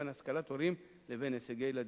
בין השכלת הורים לבין הישגי ילדים.